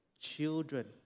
children